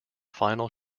final